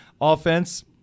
offense